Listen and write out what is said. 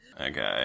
Okay